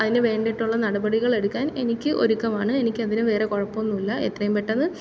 അതിന് വേണ്ടിയിട്ടുള്ള നടപടികൾ എടുക്കാൻ എനിക്ക് ഒരുക്കമാണ് എനിക്ക് അതിന് വേറെ കുഴപ്പം ഒന്നും ഇല്ല എത്രയും പെട്ടെന്ന്